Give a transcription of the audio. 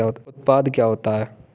उत्पाद क्या होता है?